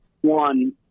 one